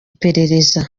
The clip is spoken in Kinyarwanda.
iperereza